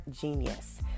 genius